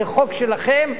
זה חוק שלכם.